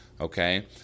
okay